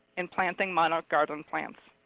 and planting monarch garden plants.